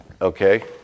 okay